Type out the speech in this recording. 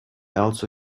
also